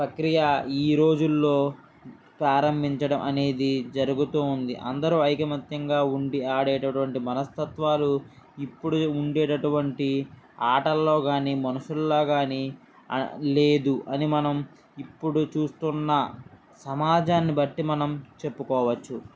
ప్రక్రియ ఈ రోజుల్లో ప్రారంభించడం అనేది జరుగుతూ ఉంది అందరూ ఐకమత్యంగా ఉండి ఆడేటటువంటి మనస్తత్వాలు ఇప్పుడు ఉండేటటువంటి ఆటల్లో కానీ మనుషుల్లో గాని లేదు అని మనం ఇప్పుడు చూస్తున్న సమాజాన్ని బట్టి మనం చెప్పుకోవచ్చు